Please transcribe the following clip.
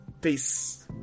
Peace